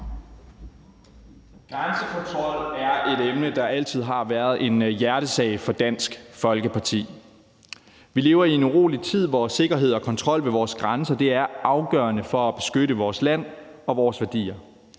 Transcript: Grænsekontrol er et emne, der altid har været en hjertesag for Dansk Folkeparti. Vi lever i en urolig tid, hvor sikkerhed og kontrol ved vores grænser er afgørende for at beskytte vores land og vores værdier.